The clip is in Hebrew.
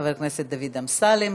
חבר הכנסת דוד אמסלם.